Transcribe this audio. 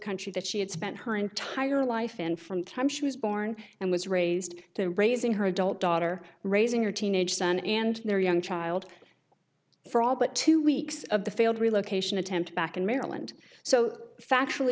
country that she had spent her entire life and from time she was born and was raised to raising her adult daughter raising her teenage son and their young child for all but two weeks of the failed relocation attempt back in maryland so factual